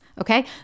Okay